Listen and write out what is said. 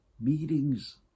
meetings